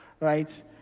right